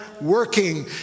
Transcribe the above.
working